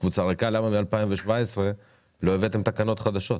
למה ב-2017 לא הבאתם תקנות חדשות?